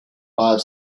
five